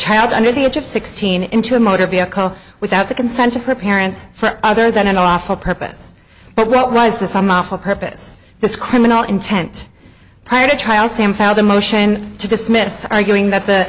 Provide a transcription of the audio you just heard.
child under the age of sixteen into a motor vehicle without the consent of her parents for other than an awful purpose but what was the some awful purpose this criminal intent i had a trial sam filed a motion to dismiss arguing that the